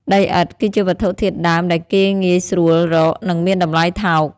ដីឥដ្ឋ គឺជាវត្ថុធាតុដើមដែលគេងាយស្រួលរក និងមានតម្លៃថោក។